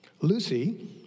Lucy